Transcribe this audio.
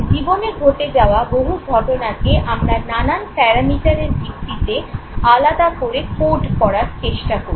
জীবনে ঘটে যাওয়া বহু ঘটনাকে আমরা নানান প্যারামিটারের ভিত্তিতে আলাদা করে কোড করার চেষ্টা করি